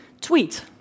Tweet